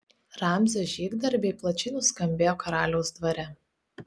ramzio žygdarbiai plačiai nuskambėjo karaliaus dvare